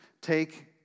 Take